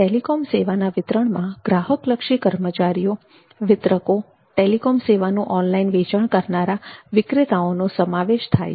telecom સેવાના વિતરણમાં ગ્રાહકલક્ષી કર્મચારીઓ વિતરકો ટેલિકોમ સેવાનુ ઓનલાઈન વેચાણ કરનારા વિક્રેતાઓનો સમાવેશ થાય છે